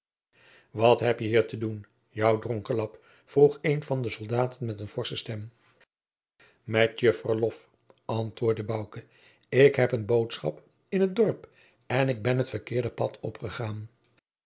wat heb je hier te doen jou dronken lap vroeg een van de soldaten met eene forsche stem met je verlof antwoordde bouke ik heb een boodschap in t dorp en ben het verkeerde pad opgegaan